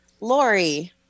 Lori